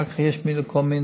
אחר כך יש כל מיני,